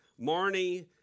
Marnie